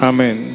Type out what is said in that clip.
Amen